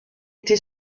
été